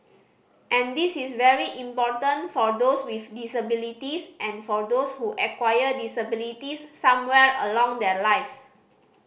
and this is very important for those with disabilities and for those who acquire disabilities somewhere along their lives